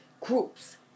groups